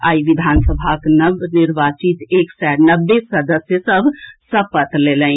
आई विधानसभाक नवनिर्वाचित एक सय नब्बे सदस्य सभ सपत लेलनि